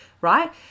right